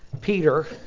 Peter